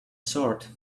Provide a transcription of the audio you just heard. sort